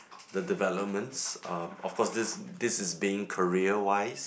the developments uh of course this this is being career wise